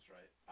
right